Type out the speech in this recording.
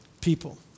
people